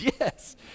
Yes